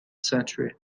century